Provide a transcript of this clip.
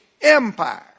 Empire